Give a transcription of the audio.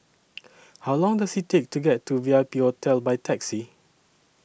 How Long Does IT Take to get to V I P Hotel By Taxi